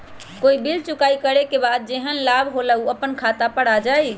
कोई बिल चुकाई करे के बाद जेहन लाभ होल उ अपने खाता पर आ जाई?